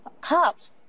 cops